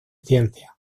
ciencias